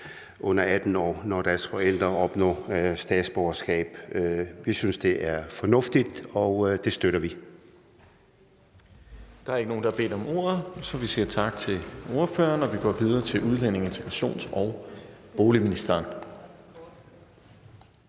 under 18 år, når deres forældre opnår statsborgerskab. Vi synes, det er fornuftigt, og det støtter vi.